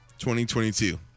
2022